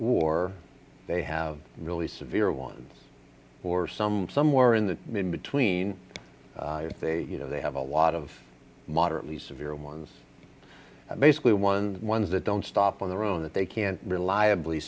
war they have really severe ones or some somewhere in the middle between they you know they have a lot of moderately severe ones and basically ones ones that don't stop on their own that they can reliably